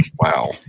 Wow